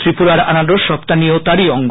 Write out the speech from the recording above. ত্রিপুরার আনারস রপ্তানিও তারই অঙ্গ